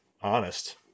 honest